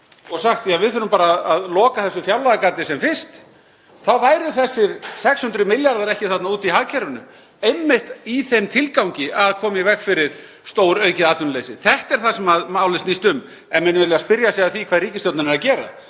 og sagt: Ja, við þurfum bara að loka þessu fjárlagagati sem fyrst, þá væru þessir 600 milljarðar ekki þarna úti í hagkerfinu einmitt í þeim tilgangi að koma í veg fyrir stóraukið atvinnuleysi. Þetta er það sem málið snýst um ef menn vilja spyrja að því hvað ríkisstjórnin er að gera.